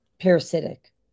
parasitic